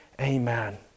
Amen